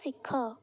ଶିଖ